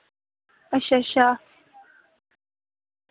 अच्छ अच्छा